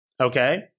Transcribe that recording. Okay